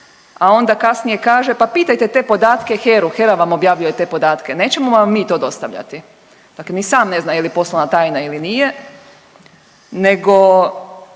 a onda kasnije kaže pa pitajte te podatke HERA-u, HERA vam objavljuje te podatke, nećemo vam mi to dostavljati. Dakle ni sam ne zna je li poslovna tajna ili nije nego